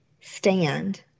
stand